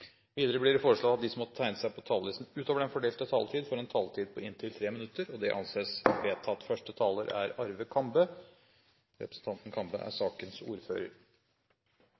Videre blir det foreslått at de som måtte tegne seg på talerlisten utover den fordelte taletid, får en taletid på inntil 3 minutter. – Det anses vedtatt. Det er ikke alltid det er